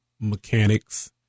mechanics